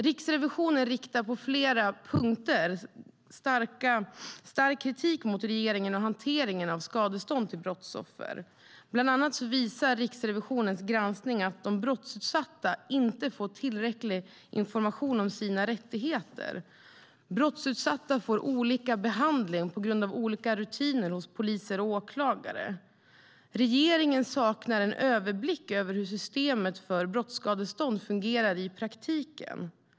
Riksrevisionen riktar på flera punkter stark kritik mot regeringen och hanteringen av skadestånd till brottsoffer. Bland annat visar Riksrevisionens granskning att de brottsutsatta inte får tillräcklig information om sina rättigheter. Brottsutsatta får olika behandling på grund av olika rutiner hos poliser och åklagare. Regeringen saknar en överblick av hur systemet för brottsskadestånd fungerar i praktiken.